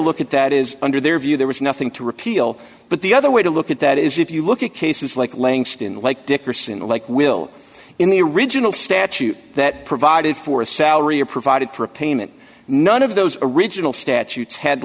look at that is under their view there is nothing to repeal but the other way to look at that is if you look at cases like langston like dickerson like will in the original statute that provided for a salary or provided prepayment none of those original statutes had